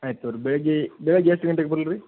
ಆಯ್ತು ತಗೋರಿ ಬೆಳ್ಗೆ ಬೆಳಿಗ್ಗೆ ಎಷ್ಟು ಗಂಟಿಗೆ ಬರ್ಲಿ ರಿ